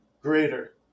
greater